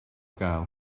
gael